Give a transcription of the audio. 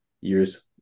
years